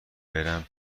برم